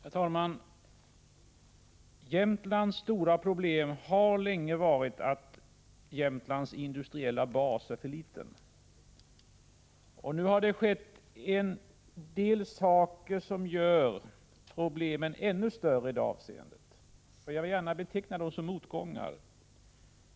Herr talman! Jämtlands stora problem har länge varit att Jämtlands industriella bas är för liten. Nu har det hänt en del som gjort problemen ännu större i detta avseende. Jag vill gärna beteckna det som motgångar.